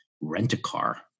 rent-a-car